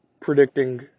predicting